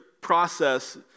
process